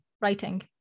writing